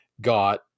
got